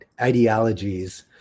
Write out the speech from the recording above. ideologies